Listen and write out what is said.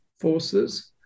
forces